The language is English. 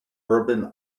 urban